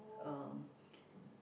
um